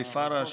אלי פרש,